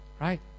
right